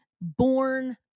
born